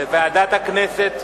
לוועדת הכנסת